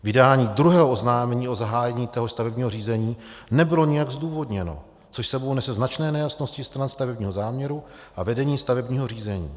Vydání druhého oznámení o zahájení téhož stavebního řízení nebylo nijak zdůvodněno, což s sebou nese značné nejasnosti stran stavebního záměru a vedení stavebního řízení.